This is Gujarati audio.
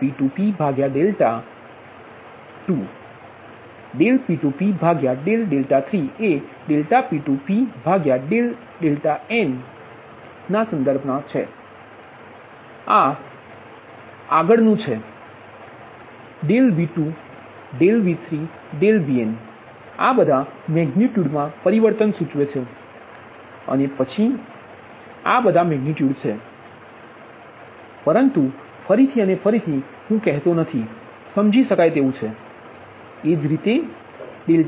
P2npઆ ડેલ્ટાના સંદર્ભમાં છે અને આ ∆2p ∆3p ∆np આગળનું એક V2 V3 Vn આ બધા મેગનિટ્યુડમાં પરિવર્તન સૂચવે છે અને પછી P2V2p P2V3p P2Vnp આ બધા મેગનિટ્યુડછે પરંતુ ફરીથી અને ફરીથી હુ કહેતો નથી સમજી શકાય તેવું છે